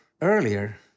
earlier